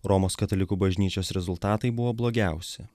romos katalikų bažnyčios rezultatai buvo blogiausi